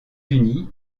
unis